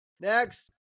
Next